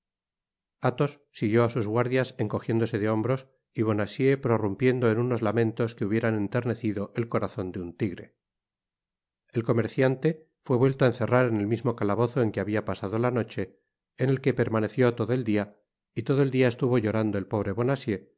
athos siguió á sus guardias encogiéndose de hombros y bonacieux prorumpiendo en unos lamentos que hubieran enternecido el corazon de un tigre el comerciante fué vuelto á encerrar en el mismo calabozo en que habia pasado la noche en el que permaneció todo el dia y todo el dia estuvo llorando el pobre